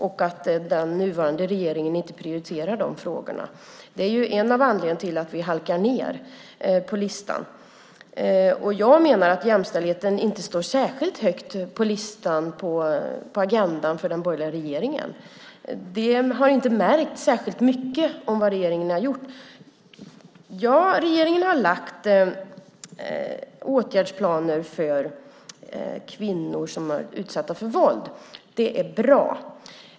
Och den nuvarande regeringen prioriterar inte de frågorna. Det är en av anledningarna till att vi halkar ned på listan. Jag menar att jämställdheten inte står särskilt högt på listan, agendan, för den borgerliga regeringen. Det har inte märkts särskilt mycket vad regeringen har gjort. Ja, regeringen har lagt fram åtgärdsplaner för kvinnor som är utsatta för våld. Det är bra.